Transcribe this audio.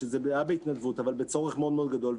שזה היה בהתנדבות אבל בצורך מאוד מאוד גדול.